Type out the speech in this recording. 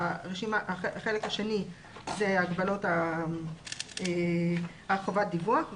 והתוספת השנייה זה הגבלות על חובת דיווח.